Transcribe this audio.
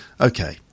okay